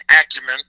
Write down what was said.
acumen